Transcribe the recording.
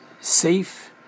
safe